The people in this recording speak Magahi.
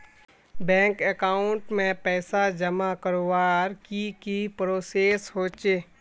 बैंक अकाउंट में पैसा जमा करवार की की प्रोसेस होचे?